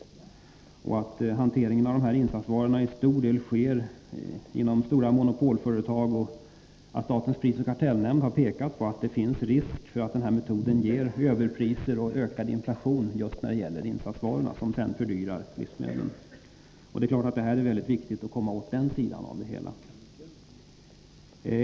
Hon visar också att hanteringen av de här insatsvarorna till stor del sker inom stora monopolföretag — statens prisoch kartellnämnd har pekat på att det finns risk för att den här metoden ger överpriser och ökad inflation just när det gäller insatsvarorna, vilket sedan fördyrar livsmedlen. Det är självfallet mycket viktigt att komma åt den sidan av det hela.